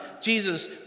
Jesus